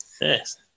Yes